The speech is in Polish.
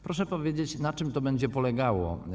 Proszę powiedzieć, na czym to będzie polegało.